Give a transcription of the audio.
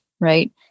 right